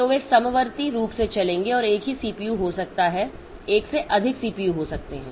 तो वे समवर्ती रूप से चलेंगे और एक ही सीपीयू हो सकता है एक से अधिक सीपीयू हो सकते हैं